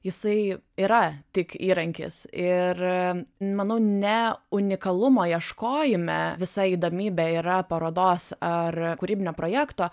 jisai yra tik įrankis ir manau ne unikalumo ieškojime visa įdomybė yra parodos ar kūrybinio projekto